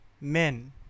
men